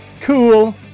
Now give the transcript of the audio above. cool